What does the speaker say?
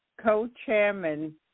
co-chairman